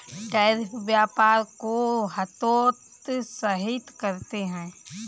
tariff व्यापार को हतोत्साहित करते हैं